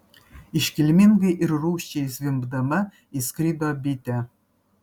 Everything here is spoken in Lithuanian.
iškilmingai ir rūsčiai zvimbdama įskrido bitė